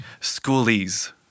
Schoolies